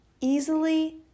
easily